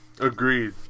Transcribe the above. Agreed